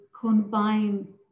combine